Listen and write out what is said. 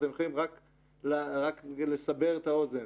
ואתם יכולים לסבר את האוזן.